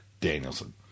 Danielson